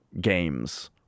games